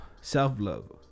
self-love